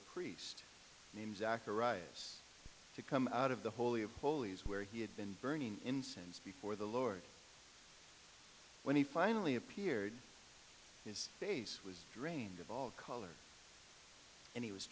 a priest named zacharias to come out of the holy of holies where he had been burning incense before the lord when he finally appeared his face was drained of all colors and he was